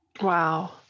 Wow